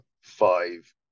five